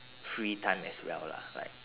free time as well lah like